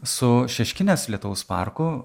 su šeškinės lietaus parku